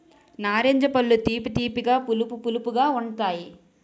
నారింజ పళ్ళు తీపి తీపిగా పులుపు పులుపుగా ఉంతాయి